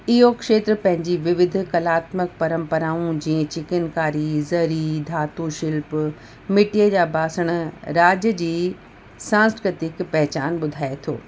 इहो खेत्र पंहिंजी विविध कलात्मक परंपराऊं जीअं चिकिनकारी ज़री धातु शिल्प मिटीअ जा बासण राज्य जी सांस्कृतिक पेहचान ॿुधाए थो